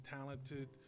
talented